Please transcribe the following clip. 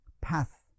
path